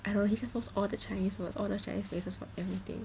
I know he just knows all the chinese words all the chinese phrases for everything